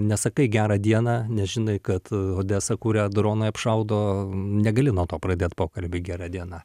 nesakai gerą dieną nes žinai kad odesa kurią dronai apšaudo negali nuo to pradėti pokalbį gera diena